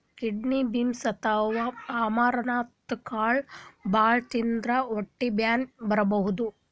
kidney beans ಅಥವಾ amaranth ಕಾಳ್ ಭಾಳ್ ತಿಂದ್ರ್ ಹೊಟ್ಟಿ ಬ್ಯಾನಿ ಆಗಬಹುದ್